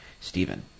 Stephen